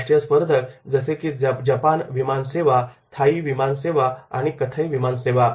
राष्ट्रीय स्पर्धक जसे की जपान विमान सेवा थाई विमानसेवा आणि कथय विमान सेवा